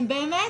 הם באמת